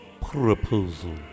proposal